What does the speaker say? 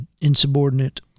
insubordinate